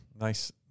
nice